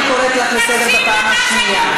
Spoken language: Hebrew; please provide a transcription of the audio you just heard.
אני קוראת אותך פעם שנייה.